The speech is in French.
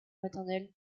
maternelle